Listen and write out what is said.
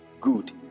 good